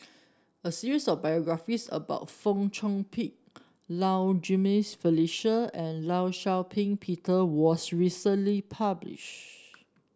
a series of biographies about Fong Chong Pik Low Jimenez Felicia and Law Shau Ping Peter was recently publish